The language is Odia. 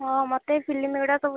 ହଁ ମୋତେ ଏଇ ଫିଲ୍ମଗୁଡ଼ା ସବୁ